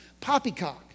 Poppycock